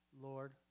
Lord